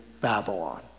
Babylon